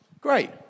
Great